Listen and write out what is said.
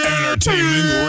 Entertainment